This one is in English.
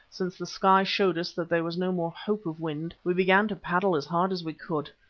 since the sky showed us that there was no more hope of wind, we began to paddle as hard as we could.